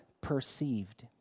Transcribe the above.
perceived